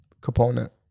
component